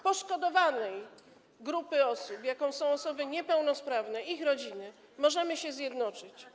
poszkodowanej grupy osób, jaką są osoby niepełnosprawne, ich rodziny, możemy się zjednoczyć.